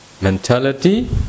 mentality